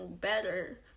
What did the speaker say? better